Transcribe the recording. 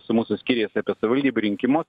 su mūsų skyriais apie savivaldybių rinkimus